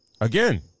Again